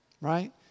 Right